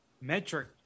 metric